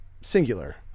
singular